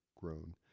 grown